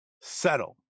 settle